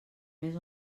més